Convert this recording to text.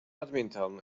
badminton